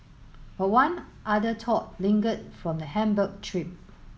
but one other thought lingered from the Hamburg trip